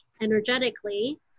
energetically